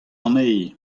anezhi